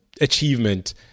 achievement